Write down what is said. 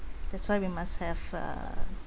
that's why we must have a